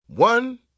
One